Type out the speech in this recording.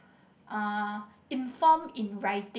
uh inform in writing